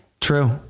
True